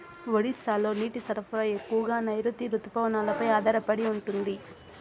ఒడిశాలో నీటి సరఫరా ఎక్కువగా నైరుతి రుతుపవనాలపై ఆధారపడి ఉంటుంది